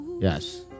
Yes